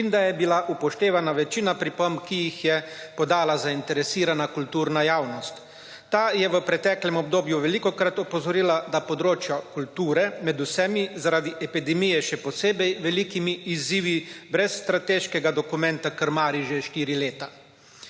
in da je bila upoštevana večina pripomb, ki jih je podala zainteresirana kulturna javnost. Ta je v preteklem obdobju velikokrat opozorila, da področja kulture med vsemi, zaradi epidemije še posebej velikimi izzivi brez strateškega dokumenta krmari že štiri leta.